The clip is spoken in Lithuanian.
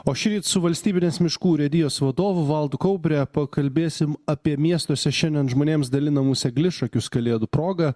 o šįryt su valstybinės miškų urėdijos vadovu valdu kaubre pakalbėsim apie miestuose šiandien žmonėms dalinamus eglišakius kalėdų proga